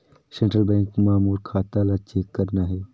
Central bank मां मोर खाता ला चेक करना हे?